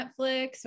Netflix